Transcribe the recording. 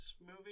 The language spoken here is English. movie